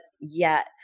yet-